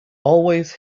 always